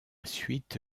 suite